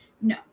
no